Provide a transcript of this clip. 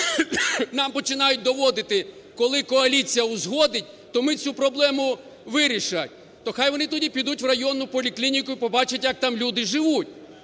нам починають доводити: коли коаліція узгодить, то ми цю проблему… вирішать. То хай вони тоді підуть в районну поліклініку і побачать, як там люди живуть.